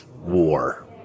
war